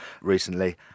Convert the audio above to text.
recently